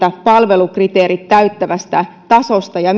palvelukriteerit täyttävästä tasosta ja